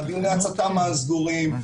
דיוני הצט"ם הסגורים,